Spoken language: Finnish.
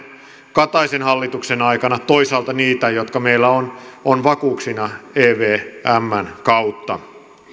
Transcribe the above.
kataisen hallituksen aikana toisaalta niitä jotka meillä on on vakuuksina evmn kautta